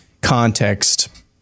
context